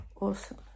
awesome